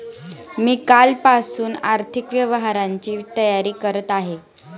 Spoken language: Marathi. मी कालपासून आर्थिक व्यवहारांची तयारी करत आहे